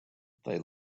they